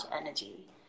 energy